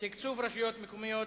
תקצוב רשויות מקומיות